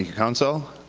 council.